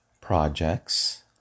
projects